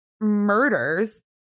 murders